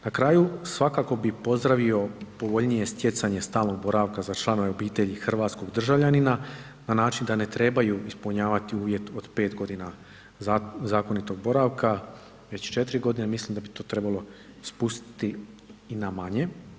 Na kraju, svakako bi pozdravio povoljnije stjecanje stalnog boravka za članove obitelji hrvatskog državljanina na način da ne trebaju ispunjavati uvjet od pet godina zakonitog boravka već četiri godine, mislim da bi to trebalo spustiti i na manje.